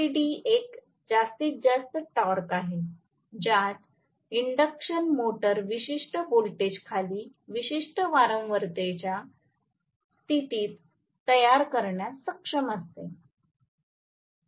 TBD एक जास्तीत जास्त टॉर्क आहे ज्यात इंडक्शन मोटर विशिष्ट व्होल्टेजखाली विशिष्ट वारंवारतेच्या स्थितीत तयार करण्यास सक्षम असते